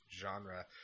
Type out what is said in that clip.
genre